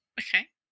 Okay